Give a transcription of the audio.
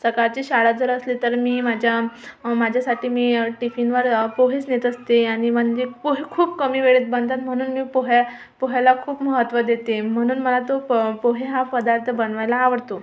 सकाळची शाळा जर असली तर मी माझ्या माझ्यासाठी मी टिफीनवर पोहेच नेत असते आणि म्हणजे पोहे खूप कमी वेळेत बनतात म्हणून मी पोह्या पोह्याला खूप महत्व देते म्हणून मला तो प पोहे हा पदार्थ बनवायला आवडतो